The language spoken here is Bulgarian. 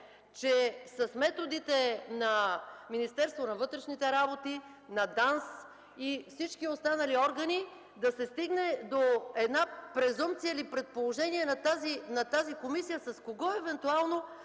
че с методите на Министерството на вътрешните работи, на ДАНС и всички останали органи да се стигне до една презумпция или предположение на тази комисия с кого евентуално